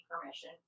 permission